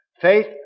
faith